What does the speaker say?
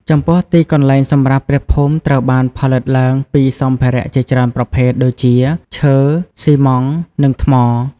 ចំពោះទីកន្លែងសម្រាប់ព្រះភូមិត្រូវបានផលិតឡើងពីសម្ភារៈជាច្រើនប្រភេទ ដូចជា ឈើ ស៊ីម៉ងត៍ និង ថ្ម។